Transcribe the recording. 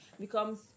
becomes